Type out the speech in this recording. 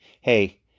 Hey